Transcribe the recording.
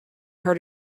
heard